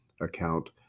account